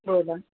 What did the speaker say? बोला